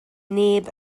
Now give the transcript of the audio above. neb